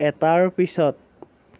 এটাৰ পিছত